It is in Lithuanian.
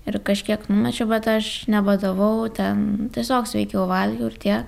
ir kažkiek numečiau bet aš nebadavau ten tiesiog sveikiau valgiau ir tiek